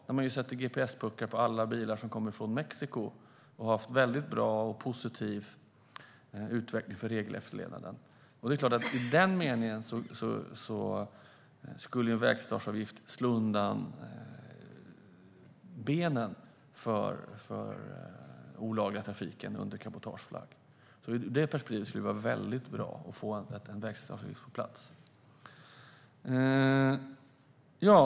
Där sätter man gps-puckar på alla bilar som kommer från Mexiko, och man har haft en väldigt positiv utveckling när det gäller regelefterlevnaden. I den meningen skulle en vägslitageavgift slå undan benen för den olagliga trafiken under cabotageflagg. Ur det perspektivet skulle det alltså vara väldigt bra att få en vägslitageavgift på plats.